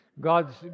God's